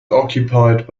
occupied